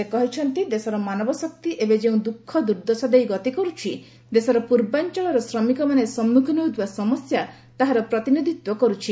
ସେ କହିଛନ୍ତି ଦେଶର ମାନବ ଶକ୍ତି ଏବେ ଯେଉଁ ଦୁଃଖ ଦୂର୍ଦ୍ଦଶା ଦେଇ ଗତିକରୁଛି ଦେଶର ପୂର୍ବାଂଚଳର ଶ୍ରମିକମାନେ ସମ୍ମୁଖୀନ ହେଉଥିବା ସମସ୍ୟା ତାହାର ପ୍ରତିନିଧିତ୍ୱ କରୁଛି